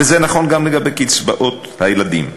וזה נכון גם לגבי קצבאות הילדים: